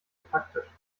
praktisch